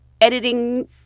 editing